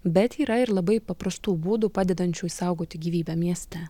bet yra ir labai paprastų būdų padedančių išsaugoti gyvybę mieste